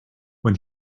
when